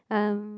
um